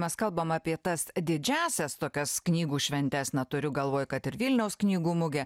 mes kalbam apie tas didžiąsias tokias knygų šventes na turiu galvoj kad ir vilniaus knygų mugę